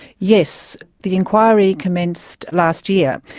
yes. the inquiry commenced last year.